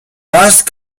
past